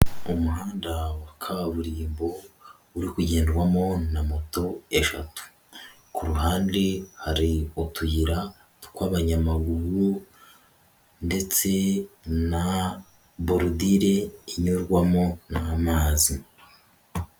Umuhanda wa kaburimbo uri ugendwamo na moto eshatu, ku ruhande hari utuyira tw'abanyamaguru ndetse na borudire inyurwamo n'amazi.